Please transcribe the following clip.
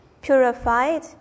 purified